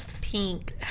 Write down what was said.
pink